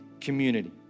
community